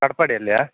ಕಟ್ಪಾಡಿಯಲ್ಲಿಯೇ